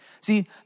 See